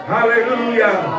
Hallelujah